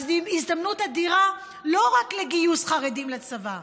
הזדמנות אדירה לא רק לגיוס חרדים לצבא,